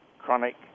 chronic